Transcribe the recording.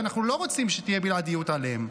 שאנחנו לא רוצים שתהיה בלעדיות עליהם.